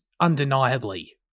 undeniably